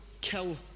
kill